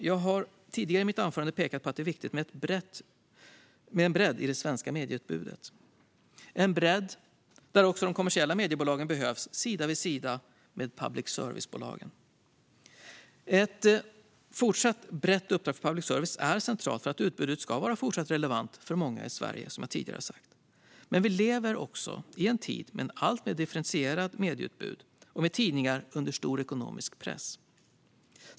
Jag har tidigare i mitt anförande pekat på att det är viktigt med en bredd i det svenska medieutbudet, en bredd där också de kommersiella mediebolagen behövs sida vid sida med public service-bolagen. Ett fortsatt brett uppdrag för public service är centralt för att utbudet ska vara fortsatt relevant för många i Sverige, som jag tidigare sagt. Men vi lever i en tid med ett alltmer differentierat medieutbud och med tidningar under stor ekonomisk press.